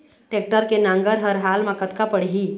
Tractor के नांगर हर हाल मा कतका पड़िही?